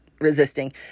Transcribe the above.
resisting